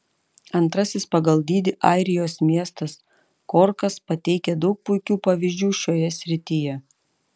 antrasis pagal dydį airijos miestas korkas pateikia daug puikių pavyzdžių šioje srityje